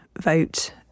vote